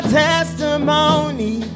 testimony